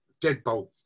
deadbolt